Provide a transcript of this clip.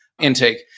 intake